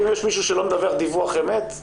ואם יש מישהו שלא מדווח דיווח אמת,